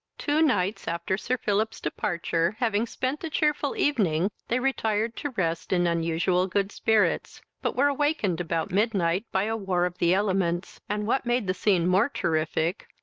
two nights after sir philip's departure, having spent a cheerful evening, they retired to rest in unusual good spirits, but were awakened about midnight by a war of the elements, and what made the scene more terrific,